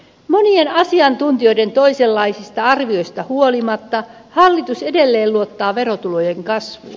monien asiantuntijoiden toisenlaisista arvioista huolimatta hallitus edelleen luottaa verotulojen kasvuun